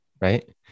right